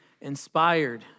inspired